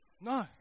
No